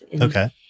Okay